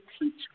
teacher